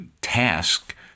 task